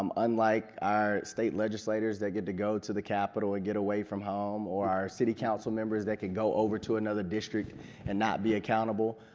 um unlike our state legislators that get to go to the capitol and get away from home or our city council members that could go over to another district and not be accountable,